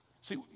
See